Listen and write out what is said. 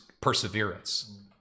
perseverance